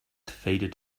faded